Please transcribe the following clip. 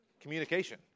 Communication